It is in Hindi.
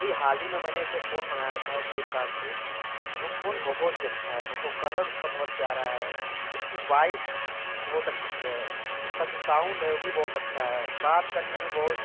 अभी हाल ही में मैंने एक ठो फ़ोन मंगाया था फ्लिपकार्ट से वह फ़ोन बहुत ही अच्छा है बहुत कलर उसका बहुत प्यारा है उसकी वॉइस बहुत अच्छी है उसका जो साउंड है वह भी बहुत अच्छा है बात करने में बहुत